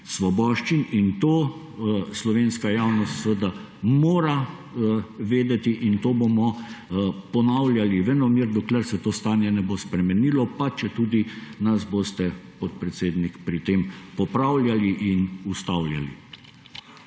svoboščin. To slovenska javnost mora vedeti in to bomo ponavljali venomer, dokler se to stanje ne bo spremenilo, pa četudi nas boste, podpredsednik, pri tem popravljali in ustavljali.